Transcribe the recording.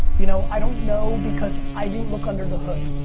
you know i don't know because i didn't look under the hood.